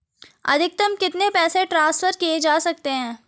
अधिकतम कितने पैसे ट्रांसफर किये जा सकते हैं?